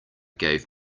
gave